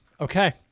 okay